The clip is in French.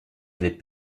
avait